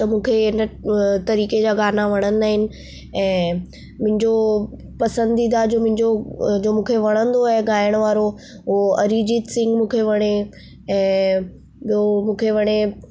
त मूंखे हिन तरीक़े जा गाना वणंदा आहिनि ऐं मुंहिंजो पसंदीदा जो मुंहिंजो जो मूंखे वणंदो आहे ॻायण वारो उहो अरिजीत सिंग मूंखे वणे ऐं ॿियो मूंखे वणे